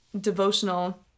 devotional